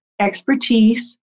expertise